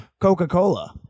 Coca-Cola